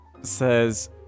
says